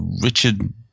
Richard